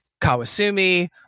Kawasumi